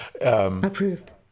approved